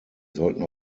sollten